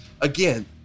again